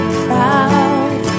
proud